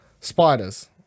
spiders